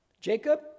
Jacob